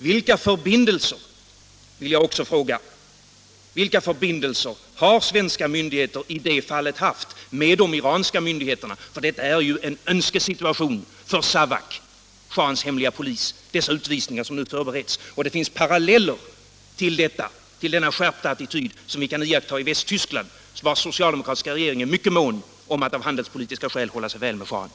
Vilka förbindelser — skulle jag också vilja fråga — har de svenska myndigheterna haft i det här fallet med de iranska myndigheterna, för det är ju en önskesituation för Savak, schahens hemliga polis, med dessa utvisningar som nu förbereds. Och det finns paralleller till denna skärpta attityd som vi kan iaktta i Västtyskland, vars socialdemokratiska regering är mycket mån om att av handelspolitiska skäl hålla sig väl med schahen.